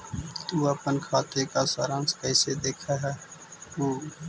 तु अपन खाते का सारांश कैइसे देखअ हू